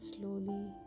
Slowly